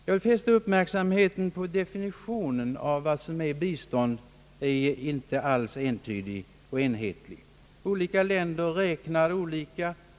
Jag vill fästa uppmärksamheten på att definitionen av vad som räknas som bistånd inte alls är entydig och enhetlig. Olika länder räknar olika.